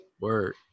Word